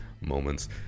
moments